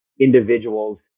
individuals